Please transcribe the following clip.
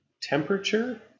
temperature